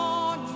on